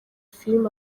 film